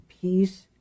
peace